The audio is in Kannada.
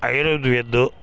ಆಯುರ್ವೇದದ್ದು